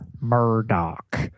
Murdoch